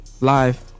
Live